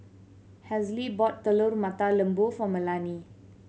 Hazle bought Telur Mata Lembu for Melany